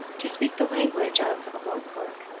to speak the language of a rope-work,